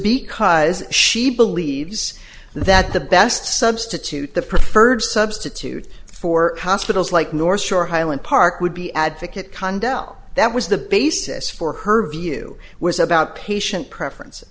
because she believes that the best substitute the preferred substitute for hospitals like north shore highland park would be advocate condo that was the basis for her view was about patient preferences